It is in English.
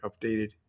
updated